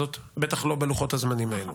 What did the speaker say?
אלו שתי המשימות החשובות ביותר שלנו.